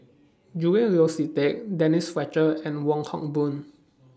Julian Yeo See Teck Denise Fletcher and Wong Hock Boon